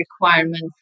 requirements